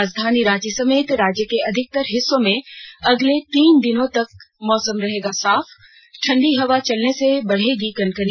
राजधानी रांची समेत राज्य के अधिकतर हिस्सों में अगले तीन दिनों तक साफ रहेगा मौसम ठंडी हवा चलने से बढ़ेगी कनकनी